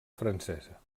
francesa